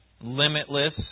limitless